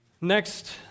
Next